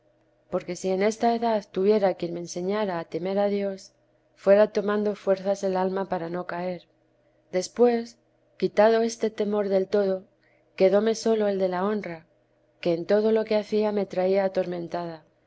porque si en esta edad tuviera quien me enseñara a temer a dios fuera tomando fuerzas el alma para no caer después quitado este temor del todo quedóme sólo el de la honra que en todo lo que hacía me traía atormentada